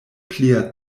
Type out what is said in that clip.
plia